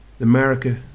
America